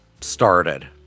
started